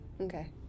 Okay